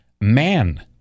man